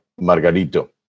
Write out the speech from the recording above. Margarito